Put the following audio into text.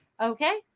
Okay